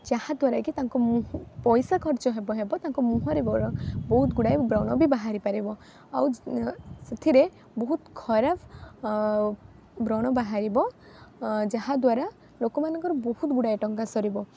ଯାହାଦ୍ୱାରା କି ତାଙ୍କ ପଇସା ଖର୍ଚ୍ଚ ହେବ ହେବ ତାଙ୍କ ମୁହଁରେ ବହୁତ ଗୁଡ଼ାଏ ବ୍ରଣ ବି ବାହାରି ପାରିବ ଆଉ ସେଥିରେ ବହୁତ ଖରାପ ବ୍ରଣ ବାହାରିବ ଯାହାଦ୍ୱାରା ଲୋକମାନଙ୍କର ବହୁତ ଗୁଡ଼ାଏ ଟଙ୍କା ସରିବ